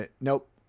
nope